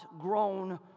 grown